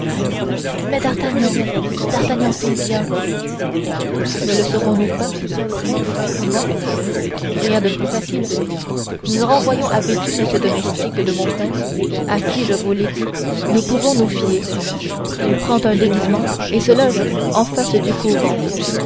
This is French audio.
mais d'artagnan d'artagnan s'il vient ne le saurons-nous pas comment rien de plus facile nous renvoyons à béthune ce domestique de mon frère à qui je vous l'ai dit nous pouvons nous fier il prend un déguisement et se loge en face du couvent